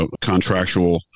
contractual